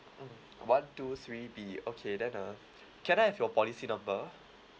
mmhmm one two three B okay then uh can I have your policy number